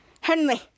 Henry